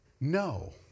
no